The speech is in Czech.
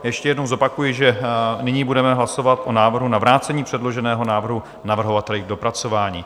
Ještě jednou zopakuji, že nyní budeme hlasovat o návrhu na vrácení předloženého návrhu navrhovateli k dopracování.